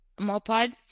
Mopad